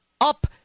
up